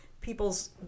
people's